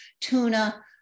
tuna